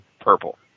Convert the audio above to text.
purple